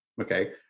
okay